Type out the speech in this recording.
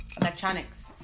electronics